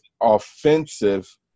offensive